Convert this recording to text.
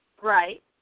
Right